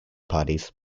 parties